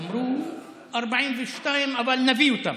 אמרו 42, אבל נביא אותם.